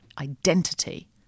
identity